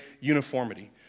Uniformity